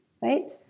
right